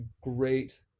great